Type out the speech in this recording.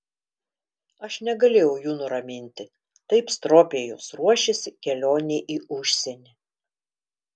aš negalėjau jų nuraminti taip stropiai jos ruošėsi kelionei į užsienį